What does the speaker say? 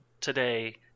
today